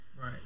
Right